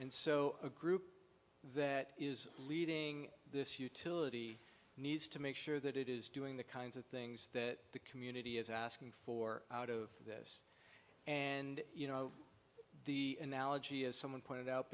and so a group that is leading this utility needs to make sure that it is doing the kinds of things that the community is asking for out of this and you know the analogy as someone pointed out